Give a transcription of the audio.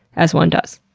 as one does.